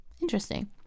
interesting